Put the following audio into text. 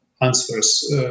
answers